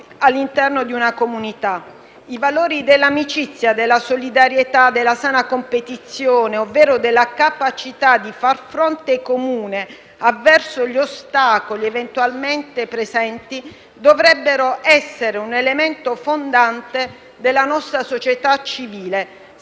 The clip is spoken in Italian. all'interno di una comunità. I valori dell'amicizia, della solidarietà, della sana competizione, ovvero della capacità di far fronte comune avverso gli ostacoli eventualmente presenti, dovrebbero essere un elemento fondante della nostra società civile,